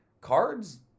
cards